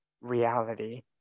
reality